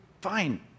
Fine